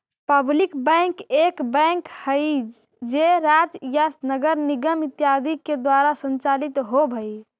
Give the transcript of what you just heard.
public bank एक bank हइ जे राज्य या नगर निगम इत्यादि के द्वारा संचालित होवऽ हइ